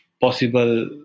possible